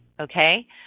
okay